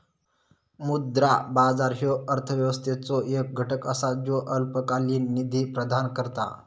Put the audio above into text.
मुद्रा बाजार ह्यो अर्थव्यवस्थेचो एक घटक असा ज्यो अल्पकालीन निधी प्रदान करता